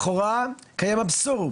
לכאורה, קיים אבסורד